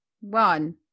one